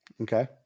Okay